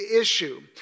issue